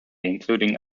including